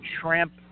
shrimp